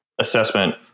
assessment